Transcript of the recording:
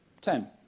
ten